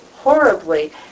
horribly